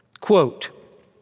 Quote